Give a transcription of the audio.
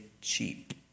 cheap